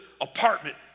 apartment